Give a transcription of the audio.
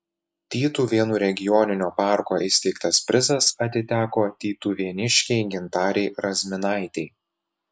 tytuvėnų regioninio parko įsteigtas prizas atiteko tytuvėniškei gintarei razminaitei